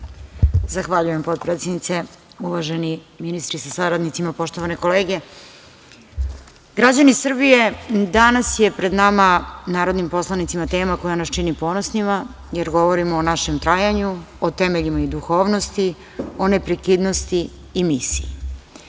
Zahvaljujem potpredsednice. Uvaženi ministri sa saradnicima, poštovane kolege, građani Srbije, danas je pred nama, narodnim poslanicima, tema koja nas čini ponosnima, jer govorimo o našem trajanju, o temeljima i duhovnosti, o neprekidnosti i misiji.